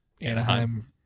Anaheim